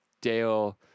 Dale